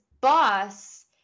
boss